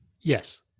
Yes